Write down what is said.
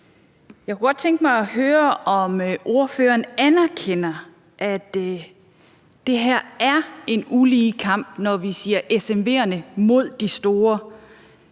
Jeg kunne godt tænke mig at høre, om ordføreren anerkender, at det her er en ulige kamp, når vi siger SMV'erne mod de store.